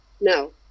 No